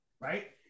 right